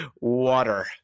water